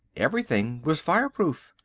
everything was fireproof.